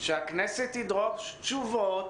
שהכנסת תדרוש תשובות